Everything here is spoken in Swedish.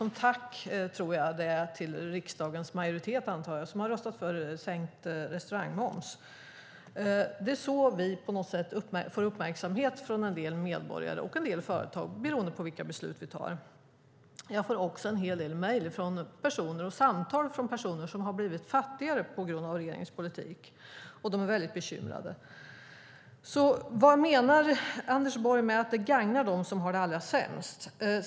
Jag tror att det är som tack till riksdagens majoritet som har röstat för sänkt restaurangmoms. Det är så vi på något sätt får uppmärksamhet från en del medborgare och företag, beroende på vilka beslut vi tar. Jag får också en hel del mejl och samtal från personer som har blivit fattigare på grund av regeringens politik. De är väldigt bekymrade. Vad menar alltså Anders Borg med att det gagnar dem som har det allra sämst?